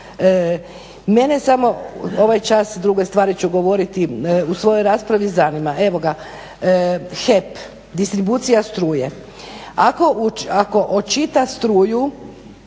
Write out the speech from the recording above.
Mene samo ovaj čas, druge stvari ću govoriti u svojoj raspravi zanima. Evo ga, HEP, distribucija struje. Ako očita struju